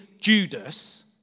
Judas